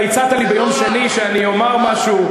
אתה הצעת לי ביום שני שאני אומר משהו.